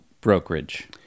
brokerage